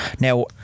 Now